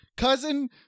Cousin